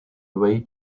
away